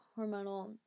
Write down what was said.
hormonal